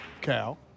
Cal